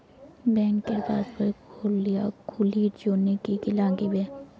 ব্যাঙ্কের পাসবই খুলির জন্যে কি কি নাগিবে?